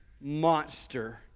monster